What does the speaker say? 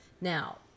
Now